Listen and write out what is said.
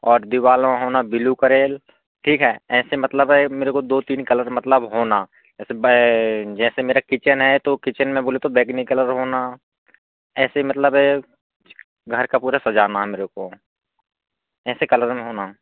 और दीवारों में होना है ब्ल्यू कलर ठीक है ऐसे मतलब है मेरे को दो तीन कलर मतलब होना जैसे जैसे मेरा किचेन है तो किचेन में बोले तो बैगनी कलर होना ऐसे मतलब घर को पूरा सजाना मेरे को ऐसे कलर में होना